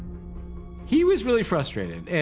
he was really frustrated. and,